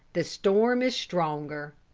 the storm is stronger.